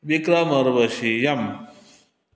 Vikramorvashiyam